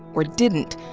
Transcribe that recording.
or didn't,